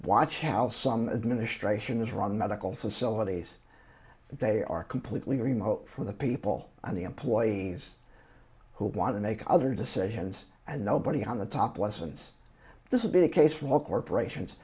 watch how some administration is run medical facilities but they are completely remote from the people on the employees who want to make other decisions and nobody on the top lessens this would be the case for all corporations